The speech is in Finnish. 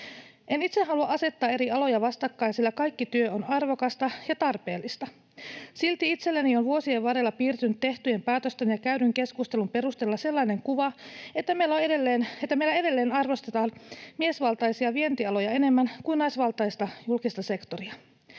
En itse halua asettaa eri aloja vastakkain, sillä kaikki työ on arvokasta ja tarpeellista. Silti itselleni on vuosien varrella piirtynyt tehtyjen päätösten ja käydyn keskustelun perusteella sellainen kuva, että meillä edelleen arvostetaan miesvaltaisia vientialoja enemmän kuin naisvaltaista julkista sektoria.